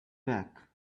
back